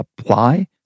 apply